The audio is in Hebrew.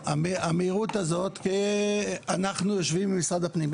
לגבי המהירות הזו - אנחנו יושבים עם משרד הפנים.